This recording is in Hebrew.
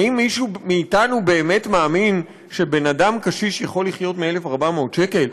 האם מישהו מאתנו באמת מאמין שבן אדם קשיש יכול לחיות מ-1,400 שקל?